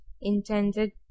intended